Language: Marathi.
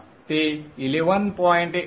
ते 11